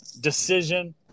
decision